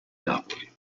napoli